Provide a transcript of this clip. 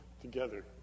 together